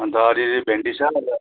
अन्त अलि अलि भेन्डी छ